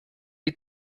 die